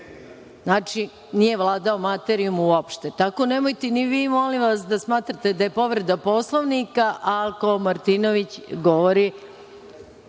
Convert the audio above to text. Znači, nije vladao materijom uopšte, tako nemojte ni vi da smatrate da je povreda Poslovnika ako Martinović govori